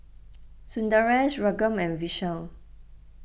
Sundaresh Raghuram and Vishal